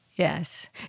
Yes